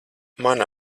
mana